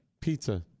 Pizza